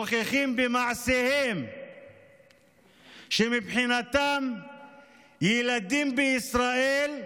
מוכיחים במעשיהם שמבחינתם ילדים בישראל,